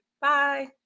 Bye